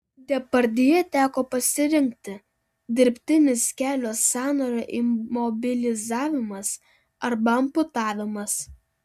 depardjė teko pasirinkti dirbtinis kelio sąnario imobilizavimas arba amputavimas